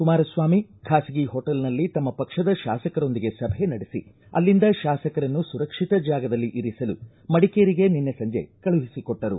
ಕುಮಾರಸ್ವಾಮಿ ಖಾಸಗಿ ಹೋಟೆಲ್ನಲ್ಲಿ ತಮ್ಮ ಪಕ್ಷದ ಶಾಸಕರೊಂದಿಗೆ ಸಭೆ ನಡೆಸಿ ಅಲ್ಲಿಂದ ಶಾಸಕರನ್ನು ಸುರಕ್ಷಿತ ಜಾಗದಲ್ಲಿ ಇರಿಸಲು ಮಡಿಕೇರಿಗೆ ನಿನ್ನೆ ಸಂಜೆ ವೇಳಿಗೆ ಕಳುಹಿಸಿಕೊಟ್ಟರು